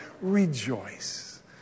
rejoice